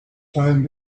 time